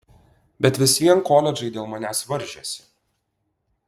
bet vis vien koledžai dėl manęs varžėsi